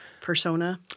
persona